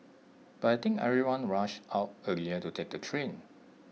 but I think everyone rush out earlier to take the train